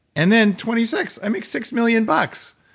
and then twenty six, i make six million bucks.